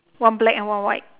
one black and one white